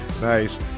Nice